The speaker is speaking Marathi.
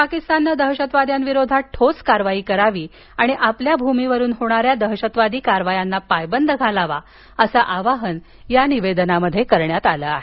पाकिस्ताननं दहशतवाद्यांविरोधात ठोस कारवाई करावी आणि आपल्या भूमीवरून होणाऱ्या दहशतवादी कारवायांना पायबंद घालावा असं आवाहन या निवेदनात करण्यात आलं आहे